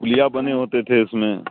پلیا بنے ہوتے تھے اس میں